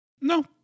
No